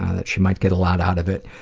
that she might get a lot out of it.